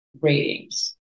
ratings